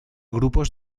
grupos